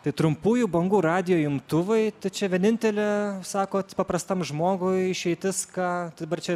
tai trumpųjų bangų radijo imtuvai tai čia vienintelė sakot paprastam žmogui išeitis ką dabar čia